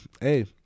hey